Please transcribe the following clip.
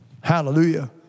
Hallelujah